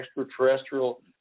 extraterrestrial